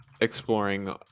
exploring